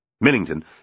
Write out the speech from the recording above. Millington